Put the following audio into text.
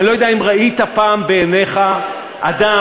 אני לא יודע אם ראית פעם בעיניך אדם